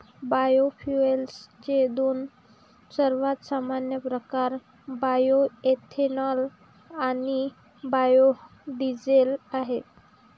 बायोफ्युएल्सचे दोन सर्वात सामान्य प्रकार बायोएथेनॉल आणि बायो डीझेल आहेत